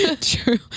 true